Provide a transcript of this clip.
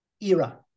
era